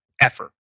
effort